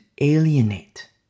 alienate